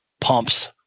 pumps